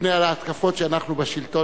מפני ההתקפות שאנחנו בשלטון.